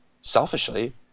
Selfishly